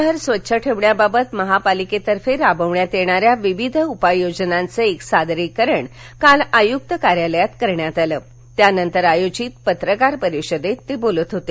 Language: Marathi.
शहर स्वच्छ ठेवण्याबाबत महापालिकेतर्फे राबविण्यात येणाऱ्या विविध उपाययोजनांच एक सादरीकरण काल आयुक्त कार्यालयात करण्यात आलं त्यानंतर आयोजित पत्रकार परिषदेत ते बोलत होते